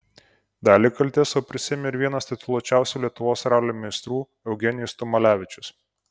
dalį kaltės sau prisiėmė ir vienas tituluočiausių lietuvos ralio meistrų eugenijus tumalevičius